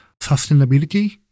sustainability